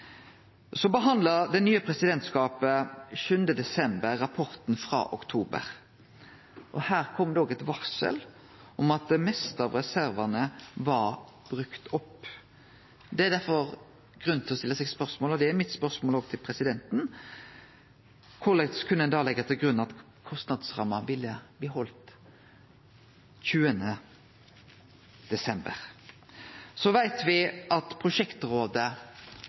Så behandla det nye presidentskapet 7. desember rapporten frå oktober. Her kom det òg eit varsel om at det meste av reservane var brukte opp. Det er derfor grunn til å stille spørsmål om – og det er mitt spørsmål òg til presidenten – korleis ein da 20. desember kunne leggje til grunn at kostnadsramma ville bli halden? Så veit me at prosjektrådet